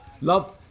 Love